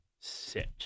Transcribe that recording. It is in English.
sit